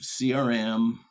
CRM